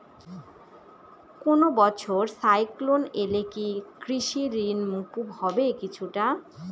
কোনো বছর সাইক্লোন এলে কি কৃষি ঋণ মকুব হবে কিছুটা?